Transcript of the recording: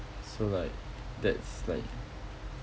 so like that's like